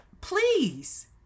please